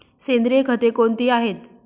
सेंद्रिय खते कोणती आहेत?